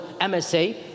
MSA